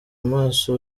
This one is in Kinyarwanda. amaso